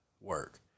work